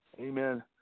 amen